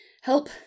help